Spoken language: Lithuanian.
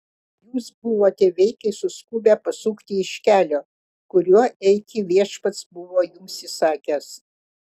jūs buvote veikiai suskubę pasukti iš kelio kuriuo eiti viešpats buvo jums įsakęs